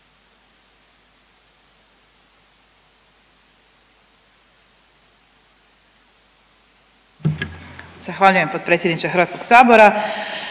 poštovani potpredsjedniče Hrvatskog sabora.